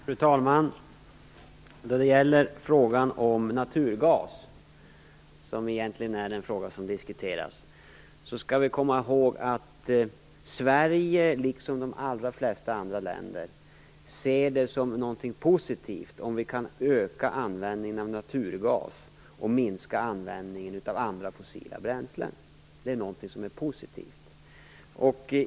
Fru talman! När det gäller frågan om naturgas, som är den fråga som egentligen diskuteras, skall vi komma ihåg att Sverige, liksom de flesta andra länder, ser det som positivt om vi kan öka användningen av naturgas och minska användningen av andra fossila bränslen. Det är något positivt.